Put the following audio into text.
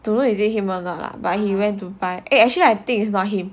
don't know is it him but he went dubai eh actually I think it's not him